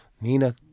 Nina